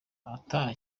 ata